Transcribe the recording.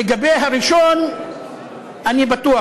לגבי הראשון אני בטוח,